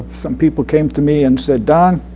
some people came to me and said, don,